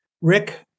Rick